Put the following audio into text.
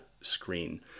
screen